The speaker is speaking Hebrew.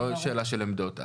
לא שאלה של עמדות.